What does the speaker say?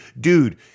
dude